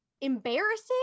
embarrassing